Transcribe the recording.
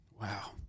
Wow